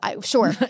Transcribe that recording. Sure